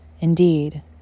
Indeed